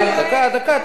דקה, דקה.